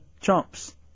Chumps